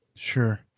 Sure